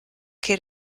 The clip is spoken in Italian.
che